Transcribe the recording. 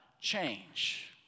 change